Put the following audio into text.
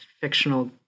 fictional